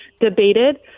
debated